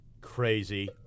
Crazy